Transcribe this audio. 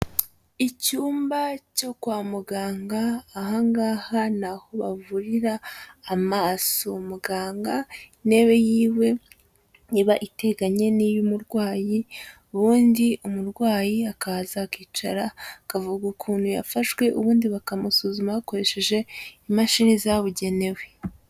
Icyumba cyo kwa muganga ahangaha ni aho bavurira amaso, muganga intebe yiwe iba iteganye n'iy'umurwayi, ubundi umurwayi akaza akicara, akavuga ukuntu yafashwe ubundi bakamusuzuma bakoresheje imashini zabugenewe.